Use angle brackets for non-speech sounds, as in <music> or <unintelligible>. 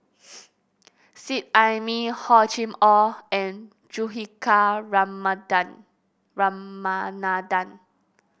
Seet Ai Mee Hor Chim Or and Juthika <unintelligible> Ramanathan